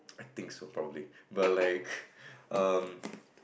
I think so probably but like um